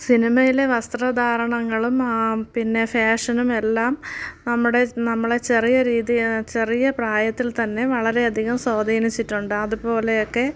സിനിമയിലെ വസ്ത്രധാരണങ്ങളും പിന്നെ ഫാഷനും എല്ലാം നമ്മുടെ നമ്മളെ ചെറിയ രീതിയിൽ ചെറിയ പ്രായത്തില് തന്നെ വളരെയധികം സ്വാധീനിച്ചിട്ടുണ്ട് അതുപോലെയൊക്കെ